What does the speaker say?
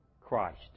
Christ